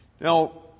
Now